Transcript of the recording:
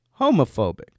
homophobic